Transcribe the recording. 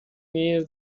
near